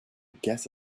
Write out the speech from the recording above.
guess